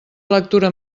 lectura